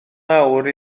mawr